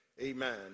amen